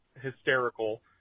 hysterical